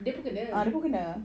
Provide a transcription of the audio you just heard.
dia pun kena